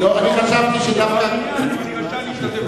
אז רציתי לדעת כבעל עניין אם אני רשאי להשתתף בהצבעה.